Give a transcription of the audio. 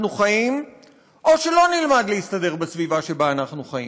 חיים או שלא נלמד להסתדר בסביבה שבה אנחנו חיים.